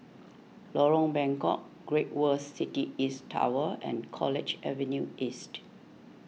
Lorong Bengkok Great World City East Tower and College Avenue East